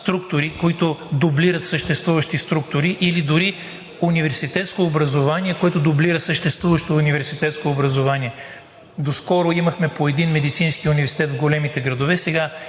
които дублират съществуващи структури, или дори университетско образование, което дублира съществуващо университетско образование. Доскоро имахме по един медицински университет в големите градове,